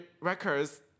Records